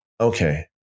Okay